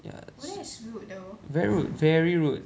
ya so very rude very rude